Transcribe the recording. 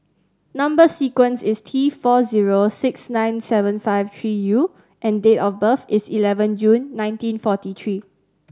number sequence is T four zero six nine seven five three U and date of birth is eleven June nineteen forty three